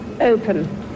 open